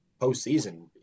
postseason